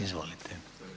Izvolite.